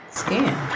skin